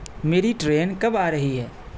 میری ٹرین کب آ رہی ہے